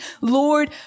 Lord